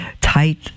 tight